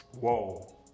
Whoa